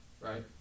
Right